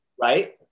Right